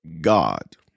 God